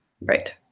Right